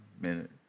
minute